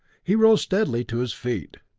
he rose unsteadily to his feet.